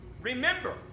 Remember